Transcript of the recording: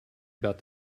about